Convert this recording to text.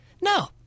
No